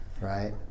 Right